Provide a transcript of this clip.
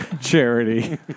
charity